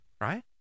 right